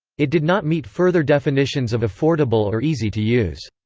it did not meet further definitions of affordable or easy to use.